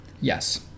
Yes